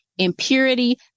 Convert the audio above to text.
impurity